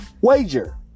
wager